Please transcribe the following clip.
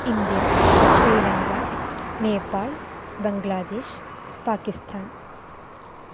India Sri Lanka Nepal Bangladesh Pakistan